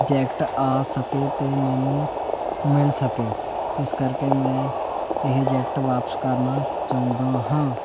jacket ਆ ਸਕੇ ਅਤੇ ਮੈਨੂੰ ਮਿਲ ਸਕੇ ਇਸ ਕਰਕੇ ਮੈਂ ਇਹ ਜੈਕਟ ਵਾਪਸ ਕਰਨਾ ਚਾਹੁੰਦਾ ਹਾਂ